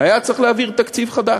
היה צריך להעביר תקציב חדש.